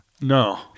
no